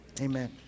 amen